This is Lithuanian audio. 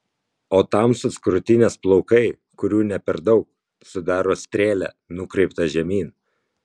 o tamsūs krūtinės plaukai kurių ne per daug sudaro strėlę nukreiptą žemyn